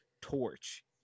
torch